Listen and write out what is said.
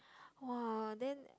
!wah! then